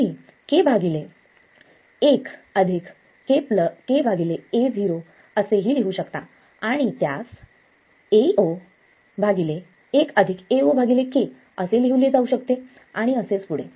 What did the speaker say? तुम्ही k 1 k Ao असेही लिहू शकता आणि त्यास Ao 1 Ao k असे लिहिले जाऊ शकते आणि असेच पुढे